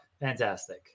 fantastic